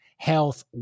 health